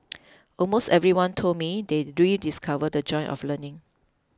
almost everyone told me they rediscovered the joy of learning